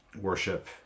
worship